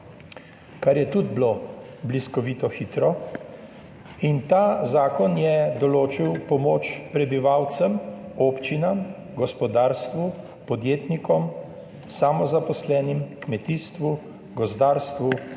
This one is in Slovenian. Kar je tudi bilo bliskovito hitro in ta zakon je določil pomoč prebivalcem, občinam, gospodarstvu, podjetnikom, samozaposlenim, kmetijstvu, gozdarstvu,